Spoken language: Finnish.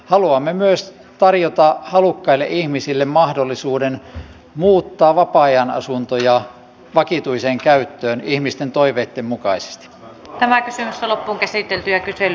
haluamme myös tarjota halukkaille ihmisille mahdollisuuden muuttaa vapaa ajanasuntoja vakituiseen käyttöön ihmisten toiveitten mukaisesti hänen käsiensä loppukäsiteltyä itse